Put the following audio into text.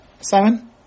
Simon